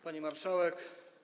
Pani Marszałek!